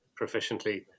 proficiently